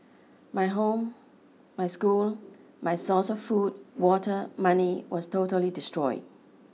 my home my school my source of food water money was totally destroyed